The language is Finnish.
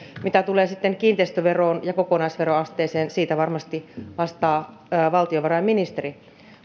mitä tulee sitten kiinteistöveroon ja kokonaisveroasteeseen siitä varmasti vastaa valtiovarainministeri